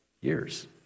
years